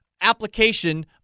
application